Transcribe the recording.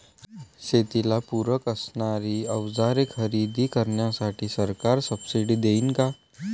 शेतीला पूरक असणारी अवजारे खरेदी करण्यासाठी सरकार सब्सिडी देईन का?